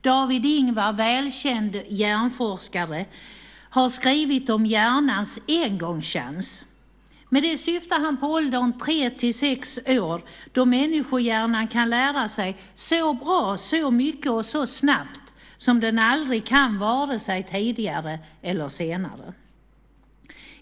David Ingvar, välkänd hjärnforskare, har skrivit om hjärnans engångschans. Med det syftar han på åldern tre-sex år, då människohjärnan kan lära sig så bra, så mycket och så snabbt som den aldrig kan vare sig tidigare eller senare.